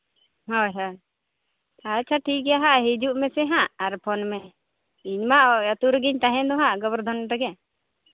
ᱦᱳᱭ ᱦᱳᱭ ᱟᱪᱪᱷᱟ ᱴᱷᱤᱠᱜᱮᱭᱟ ᱦᱟᱸᱜ ᱦᱤᱡᱩᱜ ᱢᱮᱥᱮ ᱦᱟᱸᱜ ᱟᱨ ᱯᱷᱳᱱ ᱢᱮ ᱤᱧ ᱢᱟ ᱟᱛᱳ ᱨᱮᱜᱤᱧ ᱛᱟᱦᱮᱱ ᱫᱚ ᱦᱟᱸᱜ ᱜᱚᱵᱚᱨᱫᱷᱚᱱ ᱨᱮᱜᱮ